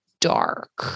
dark